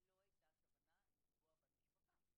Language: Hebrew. לא הייתה כוונה לפגוע במשפחה.